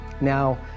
Now